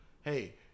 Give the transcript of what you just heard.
Hey